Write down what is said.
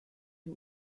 dem